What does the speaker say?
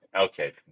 Okay